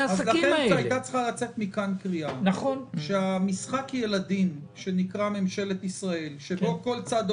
עסקים חדשים שנפתחו אחרי מרץ 2020. הכול היה בסדר,